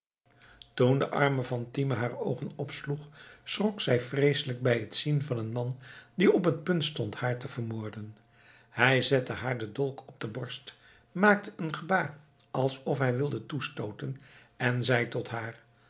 toen de arme fatime haar oogen opsloeg schrok zij vreeselijk bij het zien van een man die op het punt stond haar te vermoorden hij zette haar de dolk op de borst maakte een gebaar alsof hij wilde toestooten en zei tot haar